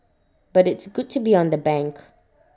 but it's good to be on the bank